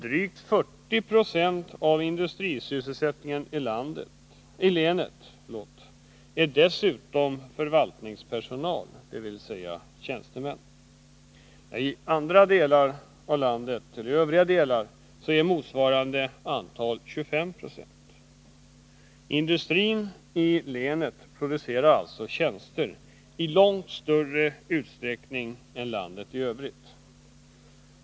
Drygt 40 26 av industrisysselsättningen i länet gäller dessutom förvaltningspersonal, dvs. tjänstemän. I övriga delar av landet är motsvarande antal 25 26. Industrin i länet producerar alltså tjänster i långt större utsträckning än i landet i övrigt.